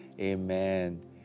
amen